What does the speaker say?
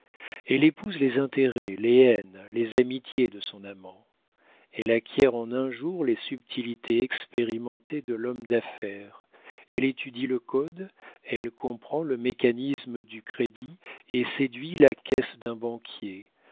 elle épouse les intérêts les haines les amitiés de son amant elle acquiert en un jour les subtilités expérimentées de l'homme d'affaires elle étudie le code elle comprend le mécanisme du crédit et réduit la caisse d'un banquier